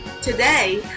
Today